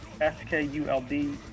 S-K-U-L-D